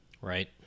Right